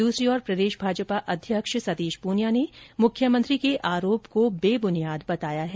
दूसरी ओर प्रदेश भाजपा अध्यक्ष सतीश पूनिया ने मुख्यमंत्री के आरोप को बेबुनियाद बताया है